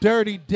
Dirty